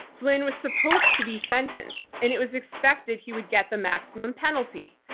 flynn was supposed to be sentenced and it was expected he would get the maximum penalty.